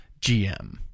GM